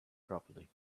properly